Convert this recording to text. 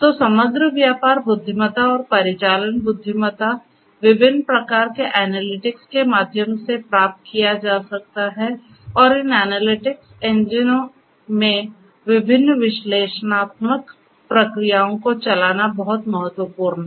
तो समग्र व्यापार बुद्धिमत्ता और परिचालन बुद्धिमत्ता विभिन्न प्रकार के एनालिटिक्स के माध्यम से प्राप्त किया जा सकता है और इन एनालिटिक्स इंजनों में विभिन्न विश्लेषणात्मक प्रक्रियाओं को चलाना बहुत महत्वपूर्ण है